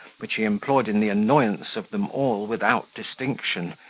which he employed in the annoyance of them all without distinction,